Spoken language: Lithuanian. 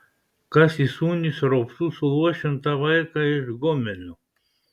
kas įsūnys raupsų suluošintą vaiką iš gomelio